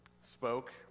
spoke